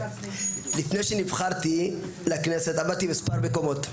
לפני שנבחרתי לכנסת עבדתי במספר מקומות,